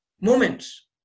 moments